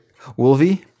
Wolvie